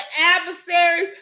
adversaries